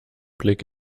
blick